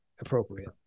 appropriate